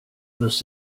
wirst